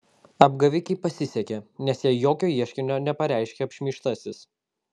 apgavikei pasisekė nes jai jokio ieškinio nepareiškė apšmeižtasis